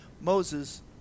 Moses